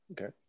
Okay